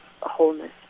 wholeness